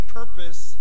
purpose